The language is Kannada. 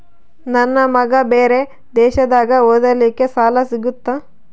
ನನ್ನ ಮಗ ಬೇರೆ ದೇಶದಾಗ ಓದಲಿಕ್ಕೆ ಸಾಲ ಸಿಗುತ್ತಾ?